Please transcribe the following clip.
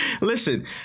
Listen